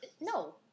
No